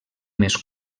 més